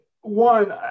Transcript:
one